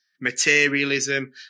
Materialism